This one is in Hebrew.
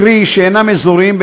קרי שאינם אזוריים,